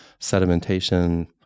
sedimentation